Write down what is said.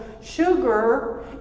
sugar